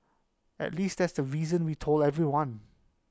at least that's the reason we told everyone